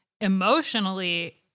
Emotionally